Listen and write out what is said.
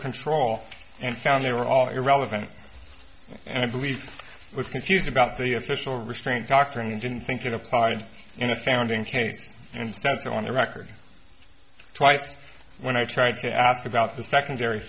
control and found they were all irrelevant and i believe i was confused about the official restraint doctrine and didn't think it applied in the founding case and that's on the record twice when i tried to ask about the secondary